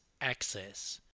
access